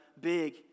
big